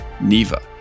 Neva